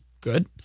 good